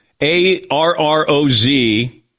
A-R-R-O-Z